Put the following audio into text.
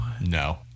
No